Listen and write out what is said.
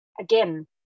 Again